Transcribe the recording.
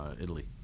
Italy